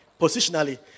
Positionally